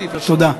תודה.